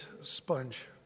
sponge